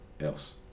else